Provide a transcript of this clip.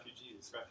refugees